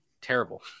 terrible